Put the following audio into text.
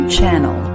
Channel